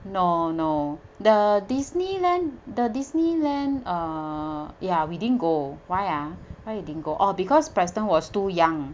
no no the disneyland the disneyland uh ya we didn't go why ah why didn't go oh because preston was too young